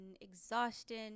exhaustion